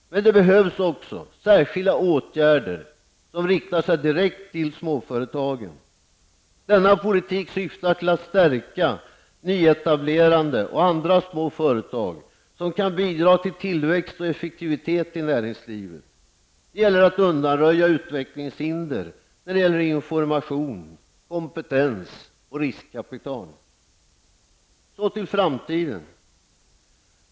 Men det behövs också särskilda åtgärder som riktar sig direkt till småföretagen. Denna politik syftar till att stärka nyetablerade och andra små företag, som kan bidra till tillväxt och effektivitet i näringslivet. Det gäller att undanröja hinder för utvecklingen av information, kompetens och riskkapital. Så till framtiden.